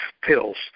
pills